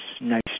nice